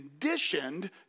conditioned